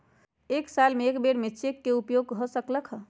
एक साल में कै बेर चेक के उपयोग हो सकल हय